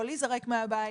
איך לא להיזרק מהבית.